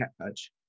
catch